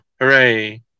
hooray